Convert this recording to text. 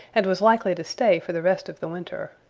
and was likely to stay for the rest of the winter.